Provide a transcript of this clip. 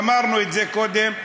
אמרנו את זה קודם,